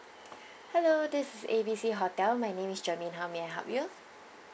hello this is A B C hotel my name is germaine how may I help you